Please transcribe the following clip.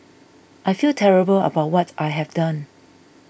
I feel terrible about what I have done